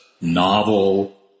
novel